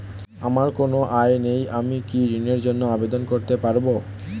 আমার কোনো আয় নেই আমি কি ঋণের জন্য আবেদন করতে পারব?